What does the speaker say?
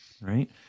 right